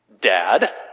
Dad